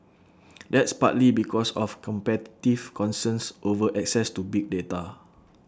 that's partly because of competitive concerns over access to big data